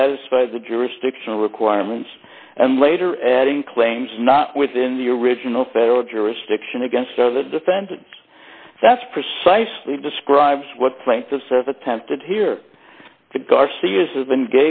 satisfy the jurisdictional requirements and later adding claims not within the original federal jurisdiction against the defendant that's precisely describes what play to says attempted here garcia has been